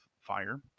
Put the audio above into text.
fire